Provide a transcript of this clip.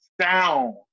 sound